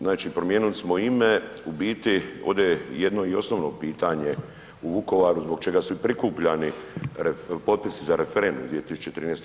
Znači promijenili smo ime, u biti, ovdje je jedno i osnovno pitanje u Vukovaru, zbog čega su i prikupljani potpisi za referendum 2013.